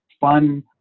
Fun